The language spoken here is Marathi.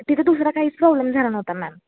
तिथं दुसरा काहीच प्रॉब्लेम झाला नव्हता मॅम